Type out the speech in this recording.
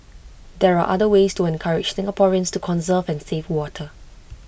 there are other ways to encourage Singaporeans to conserve and save water